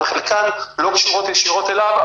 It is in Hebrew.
וחלקן לא קשורות ישירות אליו,